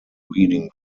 reading